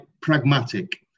pragmatic